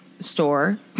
Store